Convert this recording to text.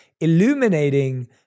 illuminating